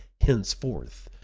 henceforth